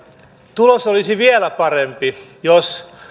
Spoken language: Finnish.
tulos olisi vielä parempi jos